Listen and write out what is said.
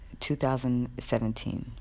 2017